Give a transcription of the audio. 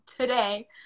today